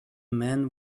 man